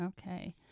okay